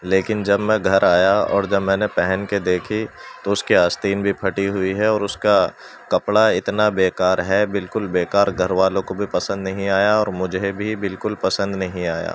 لیکن جب میں گھر آیا اور جب میں نے پہن کے دیکھی تو اس کے آستین بھی پھٹی ہوئی ہے اور اس کا کپڑا اتنا بےکار ہے بالکل بےکار گھر والوں کو بھی پسند نہیں آیا اور مجھے بھی بالکل پسند نہیں آیا